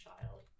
child